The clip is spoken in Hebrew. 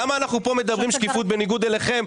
עכשיו למה אנחנו פה מדברים שקיפות בניגוד אליכם,